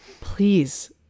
Please